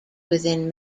within